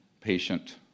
patient